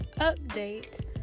update